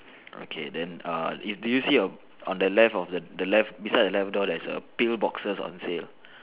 okay then err do you see a on the left of the the left beside the left door there's a peel boxes on sale